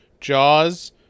Jaws